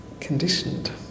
conditioned